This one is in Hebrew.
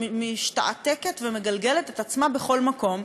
משתעתקת ומגלגלת את עצמה בכל מקום,